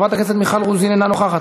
חברת הכנסת מיכל רוזין, אינה נוכחת.